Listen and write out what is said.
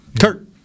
Kurt